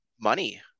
money